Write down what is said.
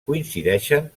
coincideixen